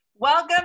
Welcome